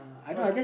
okay